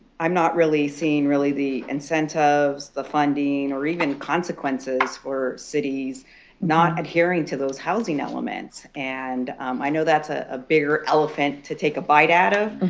i'm not really seeing really the incentives, the funding, or even consequences for cities not adhering to those housing elements. and i know that's ah a bigger elephant to take a bite out of,